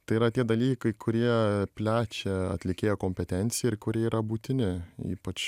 tai yra tie dalykai kurie plečia atlikėjo kompetenciją ir kurie yra būtini ypač